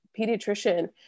pediatrician